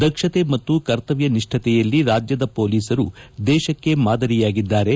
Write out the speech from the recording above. ದಕ್ಷತೆ ಮತ್ತು ಕರ್ತವ್ಯ ನಿಷ್ಠಕೆಯಲ್ಲಿ ರಾಜ್ಯದ ಮೊಲೀಸರು ದೇಶಕ್ಕೆ ಮಾದರಿಯಾಗಿದ್ದಾರೆ